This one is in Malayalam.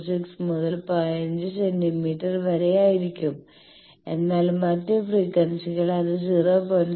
26 മുതൽ 15 സെന്റീമീറ്റർ വരെ ആയിരിക്കും എന്നാൽ മറ്റ് ഫ്രിക്വൻസികളിൽ ഇത് 0